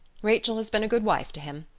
rachel has been a good wife to him.